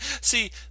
see